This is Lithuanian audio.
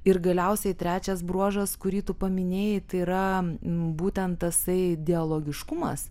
ir galiausiai trečias bruožas kurį tu paminėjai tai yra būtent tasai dialogiškumas